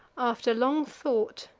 after long thought,